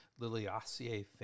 liliaceae